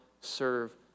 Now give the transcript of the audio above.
serve